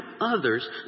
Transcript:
others